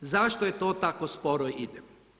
Zašto to tako sporo ide?